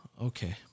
okay